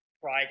try